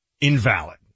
invalid